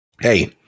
Hey